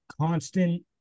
constant